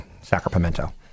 sacramento